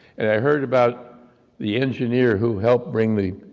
and i heard about the engineer who helped bring the